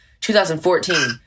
2014